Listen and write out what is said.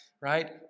right